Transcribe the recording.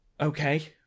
Okay